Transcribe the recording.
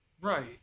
Right